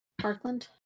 Parkland